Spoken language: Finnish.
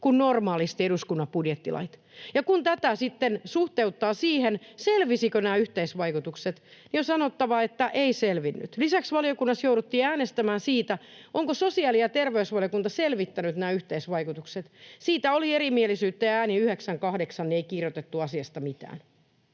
kuin normaalisti eduskunnan budjettilait. Ja kun tätä sitten suhteuttaa siihen, selvisivätkö nämä yhteisvaikutukset, niin on sanottava, että eivät selvinneet. Lisäksi valiokunnassa jouduttiin äänestämään siitä, onko sosiaali- ja terveysvaliokunta selvittänyt nämä yhteisvaikutukset. Siitä oli erimielisyyttä, ja äänin 9—8 ei kirjoitettu asiasta mitään.